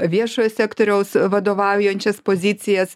viešojo sektoriaus vadovaujančias pozicijas